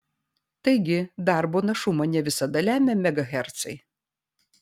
taigi darbo našumą ne visada lemia megahercai